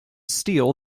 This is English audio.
steel